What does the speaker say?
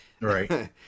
Right